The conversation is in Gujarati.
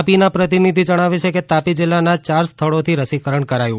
તાપીના પ્રતિનિધિ જણાવે છે કે તાપી જિલ્લાના ચાર સ્થળોથી રસીકરણ કરાયું